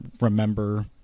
remember